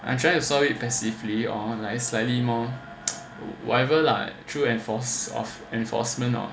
I try to solve it passively or like slightly more whatever lah through enforce of enforcement or